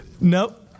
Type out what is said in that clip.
Nope